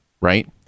right